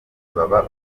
baba